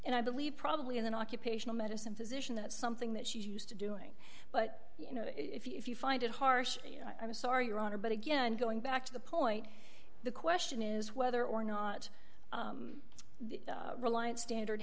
and i believe probably an occupational medicine physician that's something that she's used to doing but you know if you find it harsh i'm sorry your honor but again going back to the point the question is whether or not the reliance standard